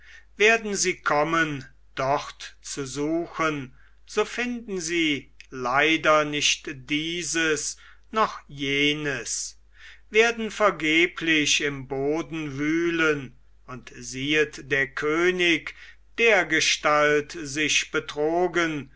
werden sie kommen dort zu suchen so finden sie leider nicht dieses noch jenes werden vergeblich im boden wühlen und siehet der könig dergestalt sich betrogen